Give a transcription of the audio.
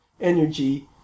energy